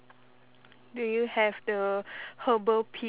do you have the herbal pills